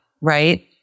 right